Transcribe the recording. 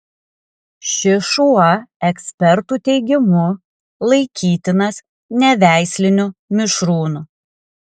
šis šuo ekspertų teigimu laikytinas neveisliniu mišrūnu